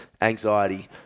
anxiety